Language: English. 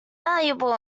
valuable